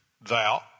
thou